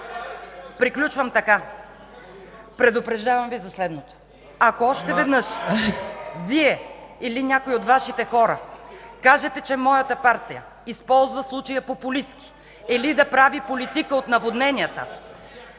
приключвам така: предупреждавам Ви за следното – ако още веднъж Вие или някой от Вашите хора кажете, че моята партия използва случая популистки или да прави политика от наводненията,